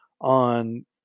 on